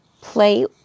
play